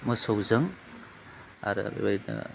मोसौजों आरो बेबायदिनो